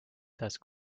das